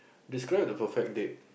describe the perfect date